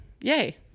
yay